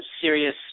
serious